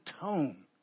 tone